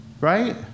Right